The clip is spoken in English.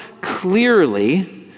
clearly